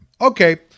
Okay